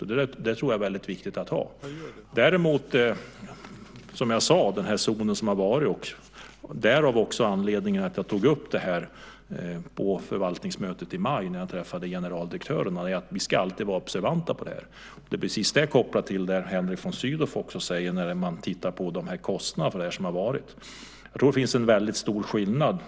Jag tror att det är väldigt viktigt att det är så. Anledningen till att jag tog upp det här på förvaltningsmötet i maj när jag träffade generaldirektörerna är att vi alltid ska vara observanta på detta. Det kan man också koppla till det Henrik von Sydow säger om kostnaderna för detta.